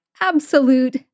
absolute